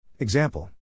Example